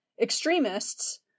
extremists